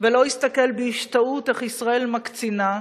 ולא יסתכל בהשתאות איך ישראל מקצינה.